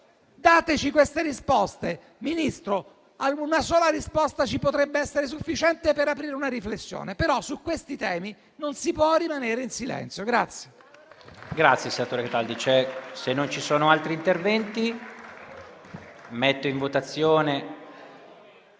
Dateci queste risposte, Ministro: una sola risposta ci potrebbe essere sufficiente per aprire una riflessione, però su questi temi non si può rimanere in silenzio.